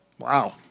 Wow